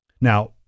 Now